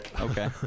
Okay